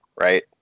right